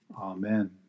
Amen